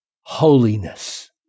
holiness